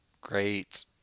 great